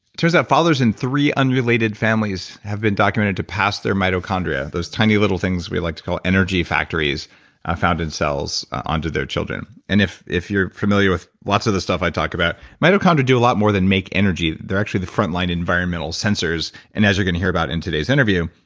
turns out fathers in three unrelated families have been documented to pass their mitochondria, those tiny little things we like to call energy factories found in cells, onto their children. and if if you're familiar with lots of the stuff that i talk about, mitochondria do a lot more than make energy. they're actually the frontline environmental sensors, and as you're going to hear about in today's interview,